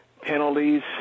penalties